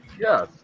Yes